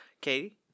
Katie